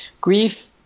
grief